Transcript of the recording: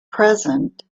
present